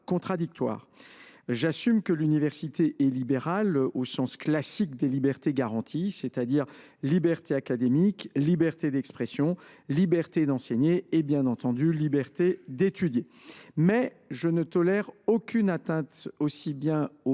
contradictoire. Je l’assume, l’université est libérale, au sens classique des libertés garanties : liberté académique, liberté d’expression, liberté d’enseigner et, bien entendu, liberté d’étudier. Mais je ne tolère aucune atteinte tant aux